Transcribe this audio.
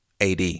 AD